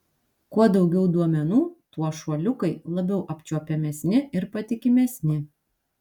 kuo daugiau duomenų tuo šuoliukai labiau apčiuopiamesni ir patikimesni